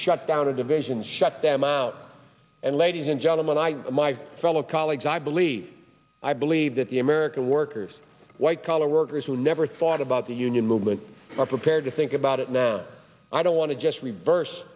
shut down a division shut them out and ladies and gentlemen i my fellow colleagues i believe i believe that the american workers white collar workers who never thought about the union movement are prepared to think about it now i don't want to just reverse